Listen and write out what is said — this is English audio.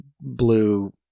blue